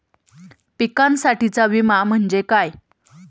पिकांसाठीचा विमा म्हणजे काय?